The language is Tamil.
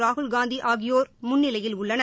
ராகுல்காந்தி ஆகியோர் முன்னிலையில் உள்ளனர்